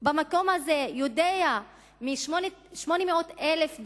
במקום הזה שיודע, מ-800,000 הדונמים,